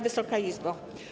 Wysoka Izbo!